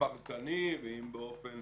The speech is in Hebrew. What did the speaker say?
פרטני ואם באופן